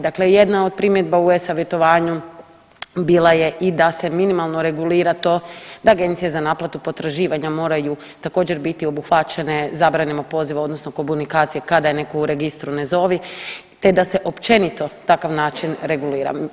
Dakle, jedna od primjedba u e-savjetovanju bila je i da se minimalno regulira to da agencije za naplatu potraživanja moraju također biti obuhvaćene zabranom poziva odnosno komunikacije kada je netko u registru „Ne zovi“, te da se općenito takav način regulira.